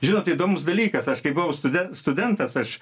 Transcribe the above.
žinot įdomus dalykas aš kai buvau studen studentas aš